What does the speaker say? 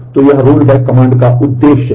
तो यह rollback command का उद्देश्य है